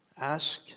ask